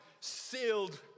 sealed